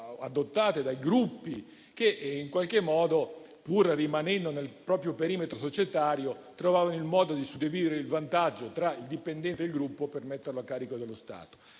adottate da certi gruppi che, pur rimanendo nel proprio perimetro societario, trovavano il modo di suddividere il vantaggio tra il dipendente e il gruppo per metterlo a carico dello Stato;